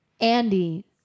Andy